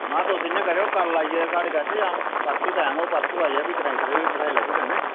महा तुस इ'यां करेओ ना कल्ल आई जाएओ साढ़ो कश जां परसूं टैम होग ते परसूं आई जाएओ फ्ही कनैक्टरै गी बठाई लैगे कन्नै